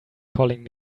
calling